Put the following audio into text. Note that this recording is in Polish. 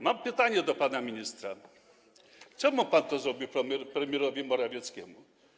Mam pytanie do pana ministra: Czemu pan to zrobił premierowi Morawieckiemu?